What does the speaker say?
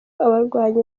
abarwanyi